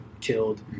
killed